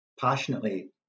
passionately